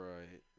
Right